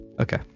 Okay